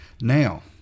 Now